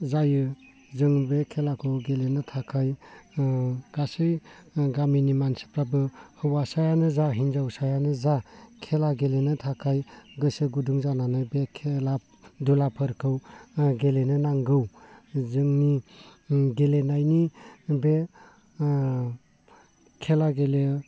जायो जों बे खेलाखौ गेलेनो थाखाय गासै गामिनि मानसिफ्राबो हौवासायानो जा हिन्जावसायानो जा खेला गेलेनो थाखाय गोसो गुदुं जानानै बे खेला दुलाफोरखौ गेलेनो नांगौ जोंनि गेलेनायनि बे खेला गेलेयो